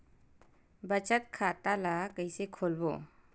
बचत खता ल कइसे खोलबों?